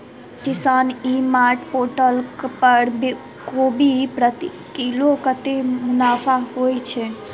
किसान ई mart portal पर कोबी प्रति किलो कतै मुनाफा होइ छै?